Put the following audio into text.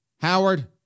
Howard